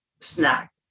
snack